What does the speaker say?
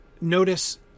notice